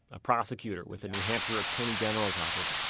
a prosecutor with the new hampshire attorney general's office,